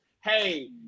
hey